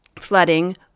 flooding